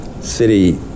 city